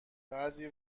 بعضی